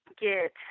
get